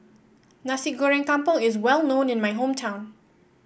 Nasi Goreng Kampung is well known in my hometown